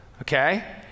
Okay